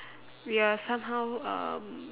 we are somehow um